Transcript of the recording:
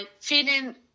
feeling